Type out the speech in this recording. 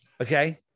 Okay